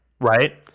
right